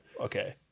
Okay